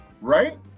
right